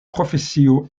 profesio